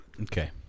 Okay